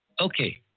Okay